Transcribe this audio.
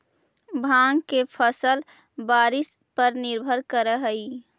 भाँग के फसल बारिश पर निर्भर करऽ हइ